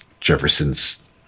Jefferson's